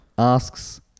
Asks